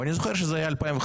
ואני זוכר שזה היה 2015-2016,